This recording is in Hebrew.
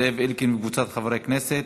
ותחזור לוועדת החוקה,